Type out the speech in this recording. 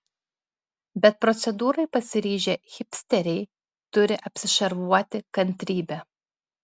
bet procedūrai pasiryžę hipsteriai turi apsišarvuoti kantrybe